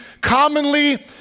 commonly